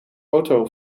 auto